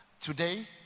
Today